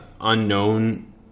unknown